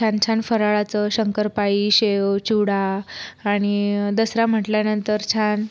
छान छान फराळाचं शंकरपाळी शेव चिवडा आणि दसरा म्हटल्यानंतर छान